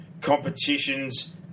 competitions